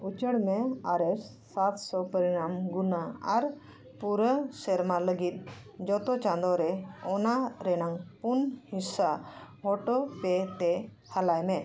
ᱩᱪᱟᱹᱲ ᱢᱮ ᱟᱨ ᱮᱥ ᱥᱟᱛᱥᱚ ᱯᱚᱨᱤᱱᱟᱢ ᱜᱩᱱᱟᱹ ᱟᱨ ᱯᱩᱨᱟᱹ ᱥᱮᱨᱢᱟ ᱞᱟᱹᱜᱤᱫ ᱡᱚᱛᱚ ᱪᱟᱸᱫᱚ ᱨᱮ ᱚᱱᱟ ᱨᱮᱱᱟᱜ ᱯᱩᱱ ᱦᱤᱥᱥᱟᱹ ᱚᱴᱳ ᱯᱮᱹ ᱛᱮ ᱦᱟᱞᱟᱭ ᱢᱮ